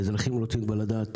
האזרחים רוצים כבר לדעת את